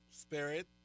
Spirit